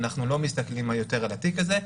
אנחנו לא מסתכלים יותר על התיק הזה.